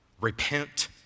repent